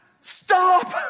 stop